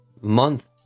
month